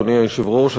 אדוני היושב-ראש.